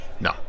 No